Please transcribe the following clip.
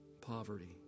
poverty